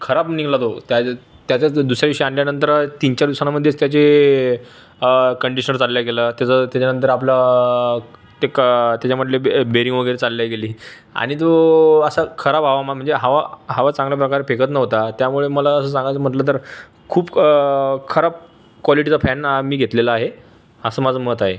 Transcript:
खराब निघाला तो त्याच्या त्याच्याज दुसऱ्या दिवशी आणल्यानंतर तीनचार दिवसांमध्येच त्याचे कंडीशन चालली गेल्या त्याचं त्याच्यानंतर आपलं ते क त्याच्यामधलं बे बेरिंग वगैरे चालल्या गेली आणि तो असा खराब हवामान म्हणजे हवा हवा चांगल्या प्रकारे फेकत नव्हता त्यामुळे मला असं सांगायचं म्हटलं तर खूप खराब क्वालिटीचा फॅन मी घेतलेला आहे असं माझं मत आहे